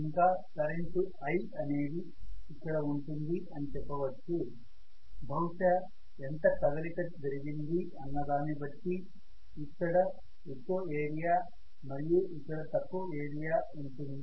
ఇంకా current I అనేది ఇక్కడ ఉంటుంది అని చెప్పవచ్చు బహుశా ఎంత కదలిక జరిగింది అన్న దాన్ని బట్టి ఇక్కడ ఎక్కువ ఏరియా మరియు ఇక్కడ తక్కువ ఏరియా ఉంటుంది